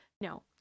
No